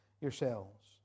yourselves